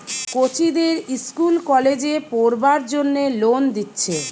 কচিদের ইস্কুল কলেজে পোড়বার জন্যে লোন দিচ্ছে